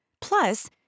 Plus